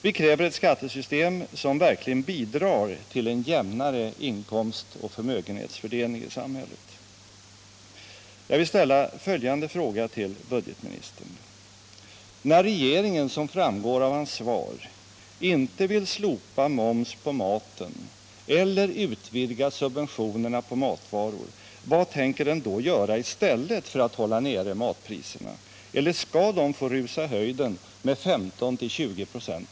Vi kräver ett skattesystem som verkligen bidrar till en jämnare inkomstoch förmögenhetsfördelning i samhället.